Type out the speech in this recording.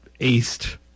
aced